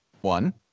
one